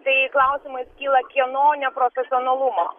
tai klausimas kyla kieno neprofesionalumo